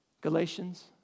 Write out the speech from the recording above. Galatians